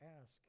ask